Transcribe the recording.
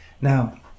Now